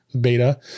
beta